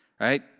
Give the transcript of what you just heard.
right